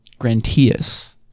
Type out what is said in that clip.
Grantius